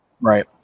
Right